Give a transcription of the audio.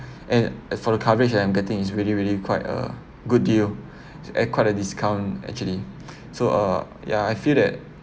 and as for the coverage I'm getting is really really quite a good deal quite a discount actually so uh ya I feel that